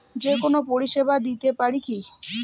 যে কোনো পরিষেবা দিতে পারি কি?